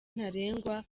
ntarengwa